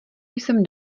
jsem